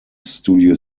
studio